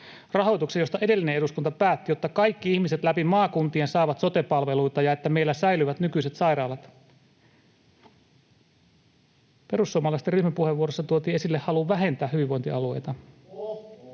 rahoituksen, josta edellinen eduskunta päätti, jotta kaikki ihmiset läpi maakuntien saavat sote-palveluita ja että meillä säilyvät nykyiset sairaalat. Perussuomalaisten ryhmäpuheenvuorossa tuotiin esille halu vähentää hyvinvointialueita.